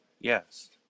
Yes